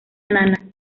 nana